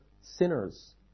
sinners